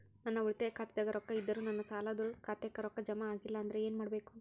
ನನ್ನ ಉಳಿತಾಯ ಖಾತಾದಾಗ ರೊಕ್ಕ ಇದ್ದರೂ ನನ್ನ ಸಾಲದು ಖಾತೆಕ್ಕ ರೊಕ್ಕ ಜಮ ಆಗ್ಲಿಲ್ಲ ಅಂದ್ರ ಏನು ಮಾಡಬೇಕು?